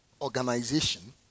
organization